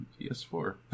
PS4